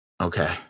Okay